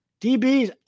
DBs